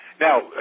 Now